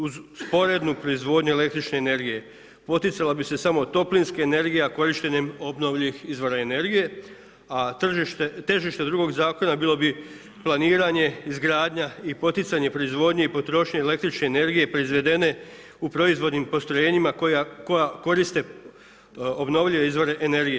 Uz sporednu proizvodnju električne energije poticala bi se samo toplinska energija korištenjem obnovljivih izvora energije a težište drugog zakona bilo bi planiranje, izgradnja i poticanje proizvodnje i potrošnje električne energije proizvedene u proizvodnim postrojenjima koja koriste obnovljive izvore energije.